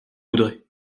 voudrez